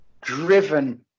driven